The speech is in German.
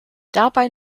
dabei